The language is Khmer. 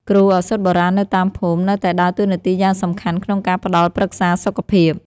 គ្រូឱសថបុរាណនៅតាមភូមិ នៅតែដើរតួនាទីយ៉ាងសំខាន់ក្នុងការផ្តល់ប្រឹក្សាសុខភាព។